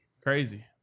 crazy